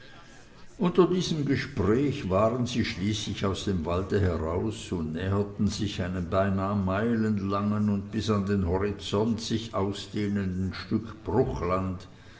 unter diesem gespräche waren sie schließlich aus dem walde heraus und näherten sich einem beinah meilenlangen und bis an den horizont sich ausdehnenden stück bruchland